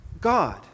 God